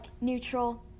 neutral